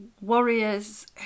warriors